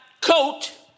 coat